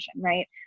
right